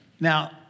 Now